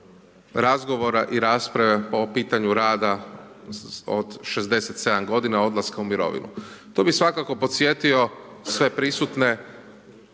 razgovora i rasprave po pitanju rada od 67 g. dolaska u mirovinu. Tu bi svakako podsjetio sve prisutne